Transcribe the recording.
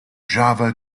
java